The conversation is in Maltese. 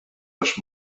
għax